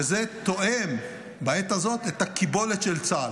זה תואם בעת הזאת את הקיבולת של צה"ל.